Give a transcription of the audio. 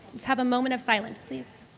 let's have a moment of silence, please.